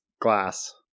glass